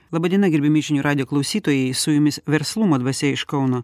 laba diena gerbiami žinių radijo klausytojai su jumis verslumo dvasia iš kauno